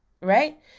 right